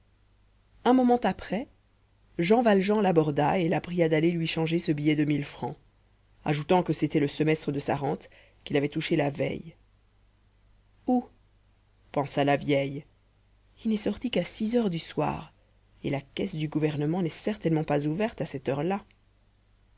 un moment après jean valjean l'aborda et la pria d'aller lui changer ce billet de mille francs ajoutant que c'était le semestre de sa rente qu'il avait touché la veille où pensa la vieille il n'est sorti qu'à six heures du soir et la caisse du gouvernement n'est certainement pas ouverte à cette heure-là